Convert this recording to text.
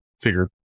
figure